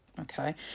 okay